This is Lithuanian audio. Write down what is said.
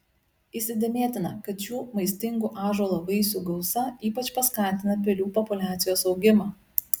įsidėmėtina kad šių maistingų ąžuolo vaisių gausa ypač paskatina pelių populiacijos augimą